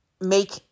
make